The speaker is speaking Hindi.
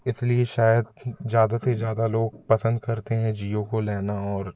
इस लिए शायद ज़्यादा से ज़्यादा लोग पसंद करते हैं जियो को लेना और